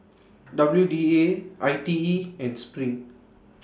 W D A I T E and SPRING